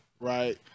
right